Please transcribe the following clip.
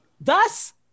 Thus